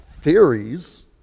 theories